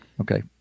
Okay